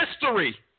history